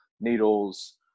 needles